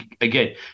again